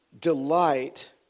delight